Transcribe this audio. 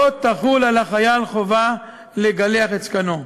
לא תחול על החייל חובה לגלח את זקנו.